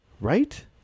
Right